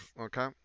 okay